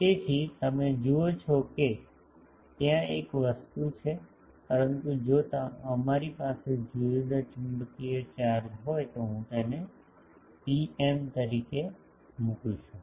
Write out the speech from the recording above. તેથી તમે જુઓ છો કે ત્યાં એક વસ્તુ છે પરંતુ જો અમારી પાસે જુદા જુદા ચુંબકીય ચાર્જ હોય તો હું તેને ρm તરીકે મૂકી શકું છું